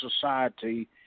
society